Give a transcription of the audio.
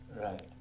Right